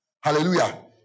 Hallelujah